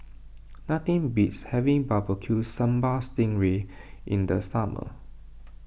nothing beats having BBQ Sambal Sting Ray in the summer